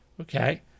Okay